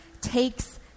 takes